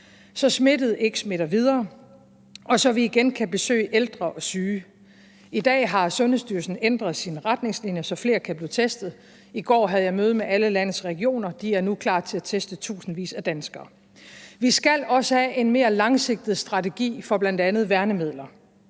så smittede ikke smitter videre, og så vi igen kan besøge ældre og syge. I dag har Sundhedsstyrelsen ændret sine retningslinjer, så flere kan blive testet. I går havde jeg møde med alle landets regioner, og de er nu klar til at teste tusindvis af danskere. Vi skal også have en mere langsigtet strategi for bl.a. værnemidler